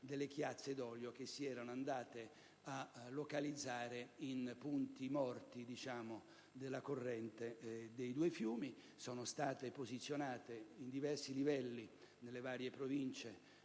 delle chiazze d'olio che si erano andate a localizzare in punti morti della corrente dei due fiumi. Sono poi state posizionate a diversi livelli, nelle varie Province